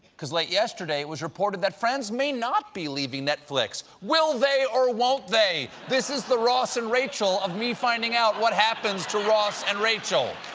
because late yesterday, it was reported that friends may not be leaving netflix. will they or wont they? this is the ross and rachel of me finding out what happens to ross and rachel.